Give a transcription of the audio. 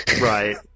right